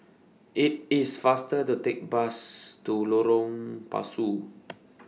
IT IS faster to Take Bus to Lorong Pasu